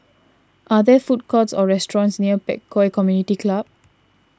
are there food courts or restaurants near Pek Kio Community Club